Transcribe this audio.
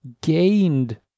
gained